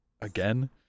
Again